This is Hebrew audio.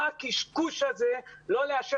מה הקשקוש הזה לא לאשר?